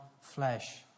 flesh